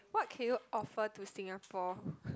what can you offer to Singapore